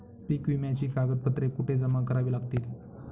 पीक विम्याची कागदपत्रे कुठे जमा करावी लागतील?